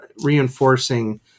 reinforcing